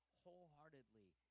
wholeheartedly